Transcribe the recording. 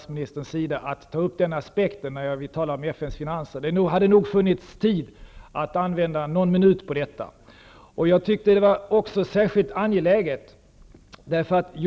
insatsen. Men att ta upp den aspekten när jag talar om FN:s finanser är nog ett försök av statsministern att svänga sig litet. Det hade nog funnits tid att använda någon minut till den frågan. Det var också särskilt angeläget att ta upp frågan.